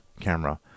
camera